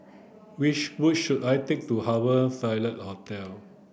which bush should I take to Harbour Ville Hotel